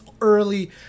early